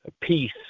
peace